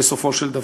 בסופו של דבר.